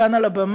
כאן על הבמה,